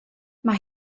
mae